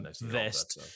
vest